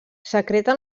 secreta